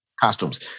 costumes